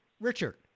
Richard